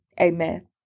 Amen